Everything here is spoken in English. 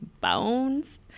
Bones